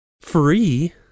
Free